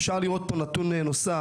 אפשר לראות פה נתון נוסף,